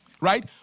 Right